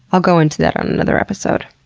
i'll go into that on another episode.